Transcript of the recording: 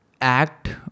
act